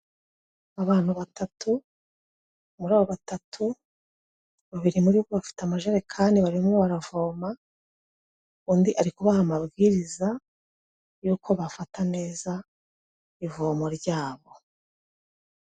Abantu batatu muri abo batatu babiri muri bo bafite amajerekani barimo baravoma, undi ari kubaha amabwiriza y'uko bafata neza ivomo ryabo.